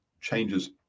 changes